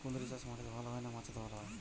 কুঁদরি চাষ মাটিতে ভালো হয় না মাচাতে ভালো হয়?